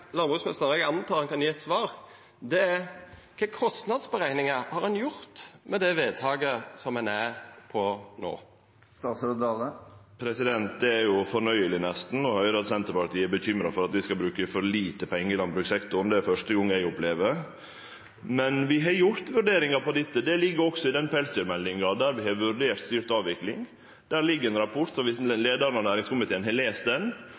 eg antek at han kan gje eit svar: Kva for kostnadsoverslag har ein gjort med det vedtaket som ein er for no? Det er nesten fornøyeleg å høyre at Senterpartiet er bekymra for at vi skal bruke for lite pengar i landbrukssektoren. Det er det første gongen eg opplever. Men vi har gjort vurderingar på dette. Det ligg også i den pelsdyrmeldinga der vi har vurdert styrt avvikling. Der ligg det ein rapport, så viss leiaren i næringskomiteen har lese den,